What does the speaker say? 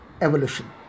evolution